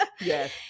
Yes